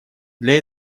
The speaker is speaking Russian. для